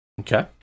Okay